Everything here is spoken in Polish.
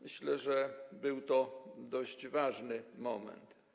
Myślę, że był to dość ważny moment.